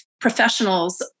professionals